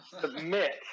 Submit